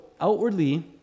outwardly